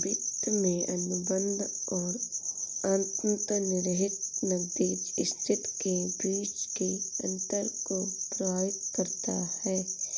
वित्त में अनुबंध और अंतर्निहित नकदी स्थिति के बीच के अंतर को प्रभावित करता है